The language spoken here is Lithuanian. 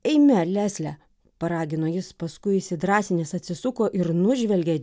eime lesle paragino jis paskui įsidrąsinęs atsisuko ir nužvelgė